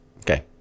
Okay